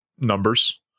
numbers